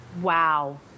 Wow